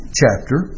chapter